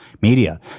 Media